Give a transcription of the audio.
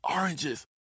oranges